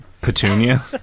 Petunia